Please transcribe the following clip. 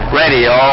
radio